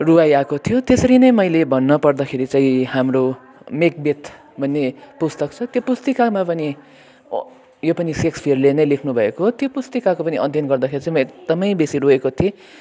रुवाई आएको थियो त्यसरी नै मैले भन्न पर्दाखेरि चाहिँ हाम्रो म्याकबेत भन्ने पुस्तक छ त्यो पुस्तिकामा पनि यो पनि सेक्सपियरले नै लेख्नुभएको हो त्यो पुस्तिकाको पनि अध्ययन गर्दाखेरि चाहिँ म एकदमै बेसी रोएको थिएँ